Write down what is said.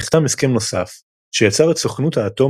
נחתם הסכם נוסף שיצר את סוכנות האטום